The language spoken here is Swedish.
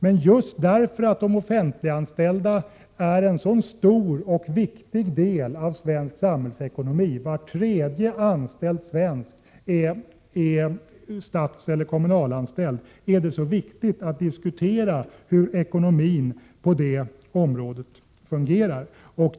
Men just därför att de offentliganställda är en så stor och viktig del av svensk samhällsekonomi — var tredje anställd svensk är statseller kommunalanställd — är det så angeläget att diskutera hur ekonomin på det området fungerar.